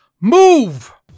Move